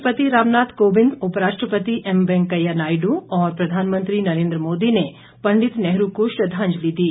राष्ट्रपति रामनाथ कोविंद उप राष्ट्रपति एम वेंकैया नायडू और प्रधानमंत्री नरेंद्र मोदी ने पंडित नेहरू को श्रद्दांजलि दी